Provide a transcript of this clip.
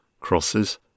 Crosses